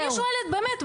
אבל אני שואלת באמת,